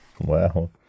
Wow